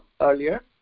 earlier